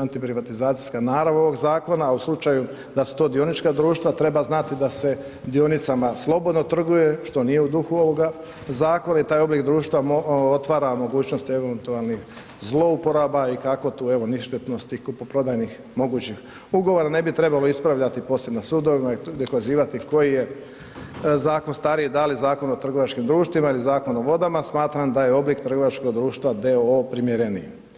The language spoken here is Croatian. antiprivatizacijska narav ovog zakona, a u slučaju da su to dionička društva treba znati da se dionicama slobodno trguje, što nije u duhu ovoga zakona i taj oblik društva otvara mogućnost eventualnih zlouporaba i kako tu evo ništetnosti kupoprodajnih mogućih ugovora, ne bi trebalo ispravljati poslije na sudovima i dokazivati koji je zakon stariji, da li Zakon o trgovačkim društvima ili Zakon o vodama, smatram da je oblik trgovačkog društva d.o.o. primjereniji.